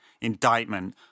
indictment